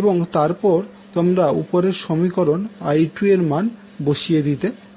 এবং তারপর তোমরা উপরের সমীকরণ I2 এর মান বসিয়ে দিতে পারো